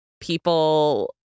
People